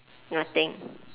nothing